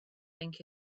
think